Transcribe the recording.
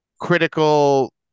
critical